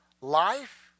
life